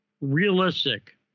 realistic